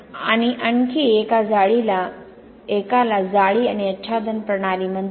आणि आणखी एकाला जाळी आणि आच्छादन प्रणाली म्हणतात